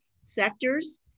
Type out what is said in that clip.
sectors